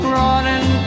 running